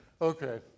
Okay